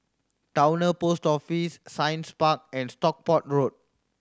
Towner Post Office Science Park and Stockport Road